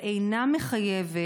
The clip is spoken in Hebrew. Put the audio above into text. והוא אינו מחייב,